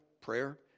prayer